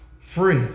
Free